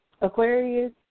Aquarius